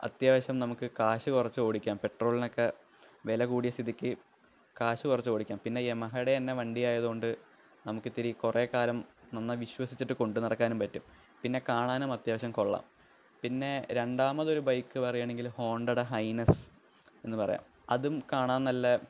അത്യാവശ്യം നമുക്ക് കാശ് കുറച്ച് ഓടിക്കാം പെട്രോളിനൊക്കെ വില കൂടിയ സ്ഥിതിക്ക് കാശ് കുറച്ച് ഓടിക്കാം പിന്നെ യമഹയുടെ തന്നെ വണ്ടിയായതുകൊണ്ട് നമുക്കിത്തിരി കുറേക്കാലം നന്നായി വിശ്വസിച്ചിട്ട് കൊണ്ടുനടക്കാനും പറ്റും പിന്നെ കാണാനും അത്യാവശ്യം കൊള്ളാം പിന്നെ രണ്ടാമതൊരു ബൈക്ക് പറയുവാണെങ്കില് ഹോണ്ടയുടെ ഹൈനസ്സ് എന്ന് പറയാം അതും കാണാന് നല്ല